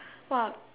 !wah!